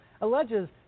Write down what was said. alleges